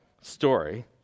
story